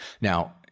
Now